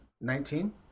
nineteen